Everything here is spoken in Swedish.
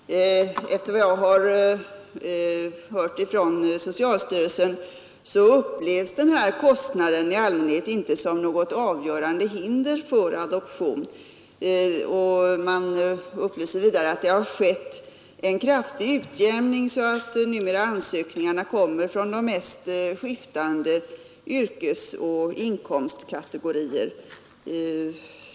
Herr talman! Efter vad jag hört från socialstyrelsen upplevs den här kostnaden i allmänhet inte som något avgörande hinder för adoption. Socialstyrelsen upplyser vidare att det skett en kraftig utjämning så att ansökningar numera kommer från de mest skiftande yrkesoch inkomstkategorier.